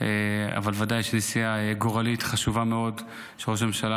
אבל ודאי שזו נסיעה גורלית וחשובה מאוד של ראש הממשלה.